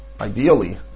ideally